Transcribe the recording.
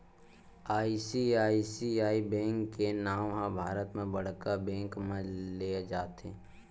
ICICI bank के नांव ह भारत म बड़का बेंक म लेय जाथे